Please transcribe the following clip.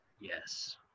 Yes